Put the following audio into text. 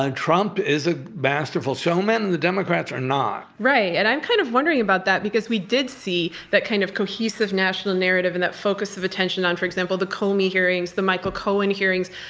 ah trump is a masterful showman. the democrats are not. right, and i'm kind of wondering about that, because we did see that kind of cohesive national narrative and that focus of attention on, for example the comey hearings, the michael cohen hearings,